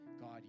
god